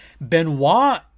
Benoit